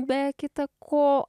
be kita ko